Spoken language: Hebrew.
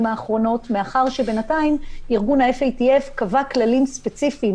האחרונות מאחר שבינתיים ארגון ה-FATF קבע כללים ספציפיים